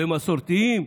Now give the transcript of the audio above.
במסורתיים?